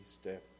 step